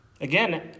Again